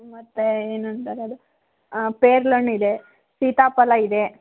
ಮತ್ತೆ ಏನು ಅಂತಾರೆ ಅದು ಪೇರ್ಲೆ ಹಣ್ಣ್ ಇದೆ ಸೀತಾಫಲ ಇದೆ